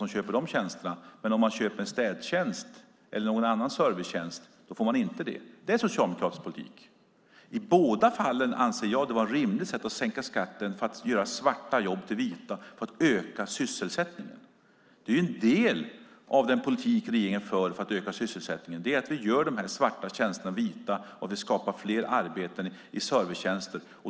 Men de som köper en städtjänst eller någon annan servicetjänst ska inte få det. Det är socialdemokratisk politik. I båda fallen anser jag det vara ett rimligt sätt att sänka skatten för att göra svarta jobb vita, för att öka sysselsättningen. En del av den politik regeringen för för att öka sysselsättningen är att vi gör de svarta tjänsterna vita och skapar fler arbeten i servicetjänster.